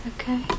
Okay